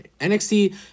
NXT